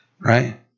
right